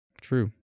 true